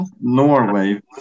Norway